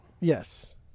Yes